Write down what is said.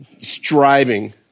striving